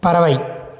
பறவை